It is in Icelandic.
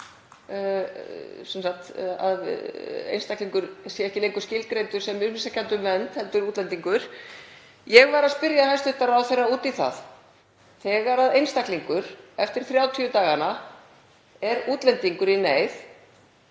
að einstaklingur er ekki lengur skilgreindur sem umsækjandi um vernd heldur útlendingur. Ég var að spyrja hæstv. ráðherra út í það þegar einstaklingur er eftir 30 dagana útlendingur í neyð.